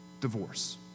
divorce